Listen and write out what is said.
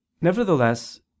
Nevertheless